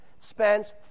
spends